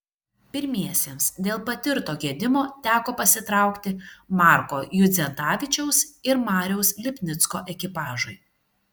pirmiesiems dėl patirto gedimo teko pasitraukti marko judzentavičiaus ir mariaus lipnicko ekipažui